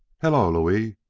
hello, louis,